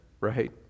right